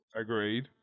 Agreed